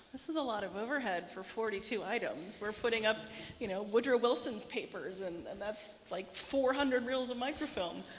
this was a lot of overhead for forty two items. we're putting up you know woodrow wilson's papers and and that's like four hundred reels of microfilm.